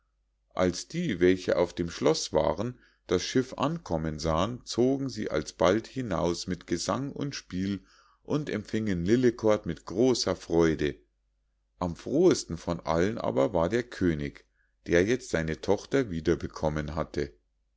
als die welche auf dem schloß waren das schiff ankommen sahen zogen sie alsbald hinaus mit gesang und spiel und empfingen lillekort mit großer freude am frohesten von allen aber war der könig der jetzt seine tochter wieder bekommen hatte